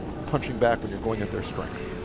punching back when you're going at their strength.